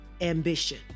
ambition